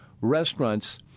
restaurants